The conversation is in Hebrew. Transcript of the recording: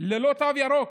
ללא תו ירוק.